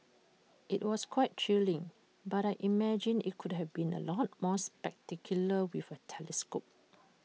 IT was quite thrilling but I imagine IT could have been A lot more spectacular with A telescope